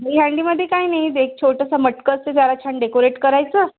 दहीहंडीमध्ये काही नाही जे एक छोटंसं मटकं असते त्याला छान डेकोरेट करायचं